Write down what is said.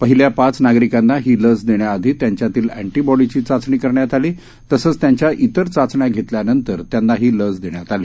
पहिल्या पाच नागरिकांना ही लस देण्याआधी त्याच्यातील अँटीबाँडीची चाचणी करण्यात आली तसंच त्याच्या इतर चाचण्या घेतल्यानंतर त्यांना ही लस देण्यात आली